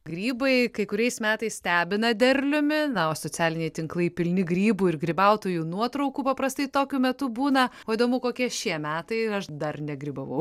grybai kai kuriais metais stebina derliumi na o socialiniai tinklai pilni grybų ir grybautojų nuotraukų paprastai tokiu metu būna o įdomu kokie šie metai aš dar negrybavau